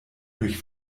durch